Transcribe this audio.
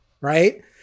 right